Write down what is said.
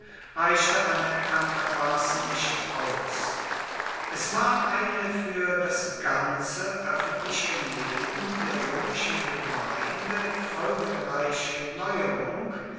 reichte anerkanntermaßen nicht aus es war eine für das ganze öffentliche leben der römischen gemeinde folgenreiche neuerung